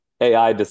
AI